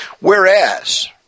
Whereas